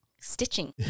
stitching